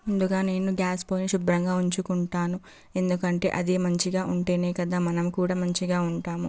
ముందుగా నేను గ్యాస్ పొయ్యిని శుభ్రంగా ఉంచుకుంటాను ఎందుకంటే అది మంచిగా ఉంటేనే కదా మనం కూడా మంచిగా ఉంటాము